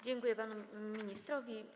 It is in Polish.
Dziękuję panu ministrowi.